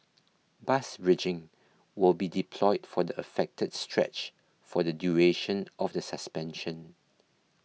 bus bridging will be deployed for the affected stretch for the duration of the suspension